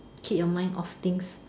keep your mind off things